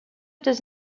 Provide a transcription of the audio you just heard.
does